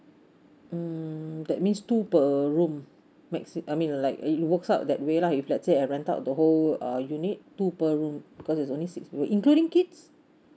mm that means two per room maxi~ I mean like if you work out that way lah if let's say I rent out the whole uh unit two per room because is only six including kids